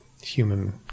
human